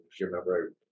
remember